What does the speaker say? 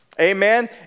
Amen